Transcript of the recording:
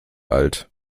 alt